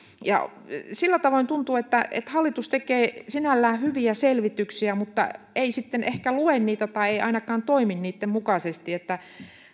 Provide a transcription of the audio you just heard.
sillä tavoin tuntuu että että hallitus tekee sinällään hyviä selvityksiä mutta ei sitten ehkä lue niitä tai ei ainakaan toimi niitten mukaisesti